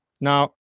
Now